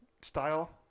style